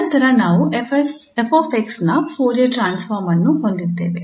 ನಂತರ ನಾವು 𝑓𝑥 ನ ಫೋರಿಯರ್ ಟ್ರಾನ್ಸ್ಫಾರ್ಮ್ ಅನ್ನು ಹೊಂದಿದ್ದೇವೆ